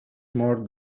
more